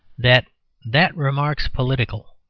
that that remark's political,